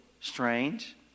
strange